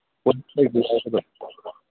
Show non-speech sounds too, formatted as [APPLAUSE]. [UNINTELLIGIBLE]